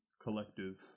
collective